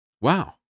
Wow